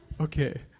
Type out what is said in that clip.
okay